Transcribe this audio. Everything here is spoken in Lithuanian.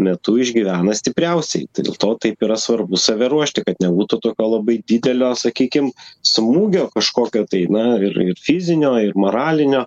metu išgyvena stipriausieji tai dėl to taip yra svarbu save ruošti kad nebūtų tokio labai didelio sakykim smūgio kažkokio tai na ir fizinio ir moralinio